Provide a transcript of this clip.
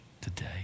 today